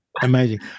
amazing